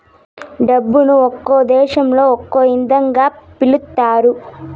డబ్బును ఒక్కో దేశంలో ఒక్కో ఇదంగా పిలుత్తారు